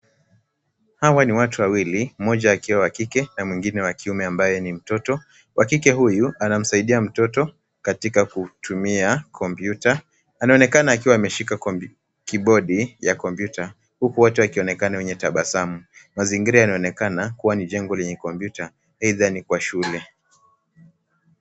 Hawa ni watu wawili, mmoja akiwa wa kike na mwingine wa kiume ambaye ni mtoto. Wa kike huyu, anamsaidia mtoto katika kutumia kompyuta. Anaonekana akiwa ameshika kibodi ya kompyuta, huku wote wakionekana wenye tabasamu. Mazingira yanaonekana kuwa ni jengo lenye kompyuta, aidha ni kwa shule.